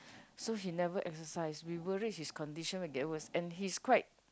so he never exercise we worried his condition will get worst and he's quite